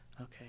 Okay